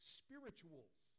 spirituals